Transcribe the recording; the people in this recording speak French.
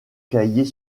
cahier